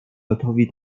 gotowi